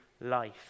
life